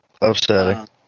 Upsetting